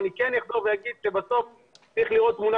אני כן אחזור ואומר שבסוף צריך לראות תמונה